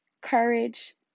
courage